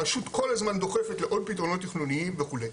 הרשות כל הזמן דוחפת לעוד פתרונות תכנוניים וכו'.